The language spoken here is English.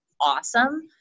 awesome